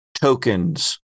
tokens